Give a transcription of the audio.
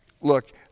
look